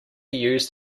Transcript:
used